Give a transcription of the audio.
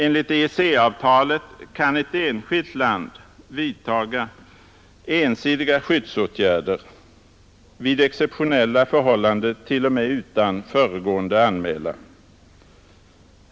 Enligt EEC-avtalet kan ett enskilt land vidta ensidiga skyddsåtgärder vid exceptionella förhållanden, t.o.m. utan föregående anmälan.